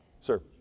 Sir